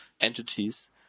entities